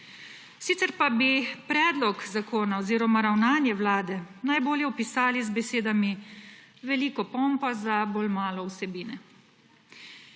Sicer pa bi predlog zakona oziroma ravnanje vlade najbolje opisali z besedami: veliko pompa za bolj malo vsebine.